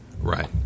Right